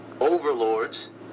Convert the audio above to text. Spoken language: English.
overlords